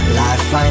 life